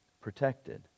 protected